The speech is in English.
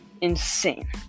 insane